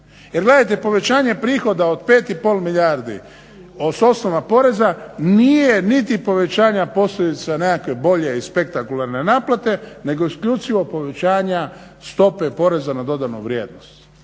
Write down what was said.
Jer gledajte, povećanje prihoda od 5,5 milijardi s osnova poreza nije niti povećanja posljedica nekakve bolje i spektakularne naplate nego isključivo povećanja stope PDV-a, isključivo